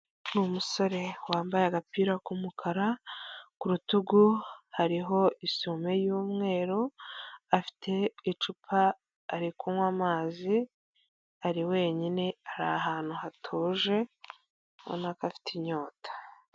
Uwo umusore wambaye agapira k'umukara ku rutugu hariho isume y'umweru, afite icupa ari kunywa amazi ari wenyine, ari ahantu hatuje ubona ko afite inyota.